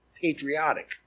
patriotic